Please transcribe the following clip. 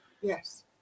Yes